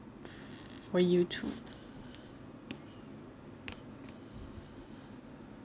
for you too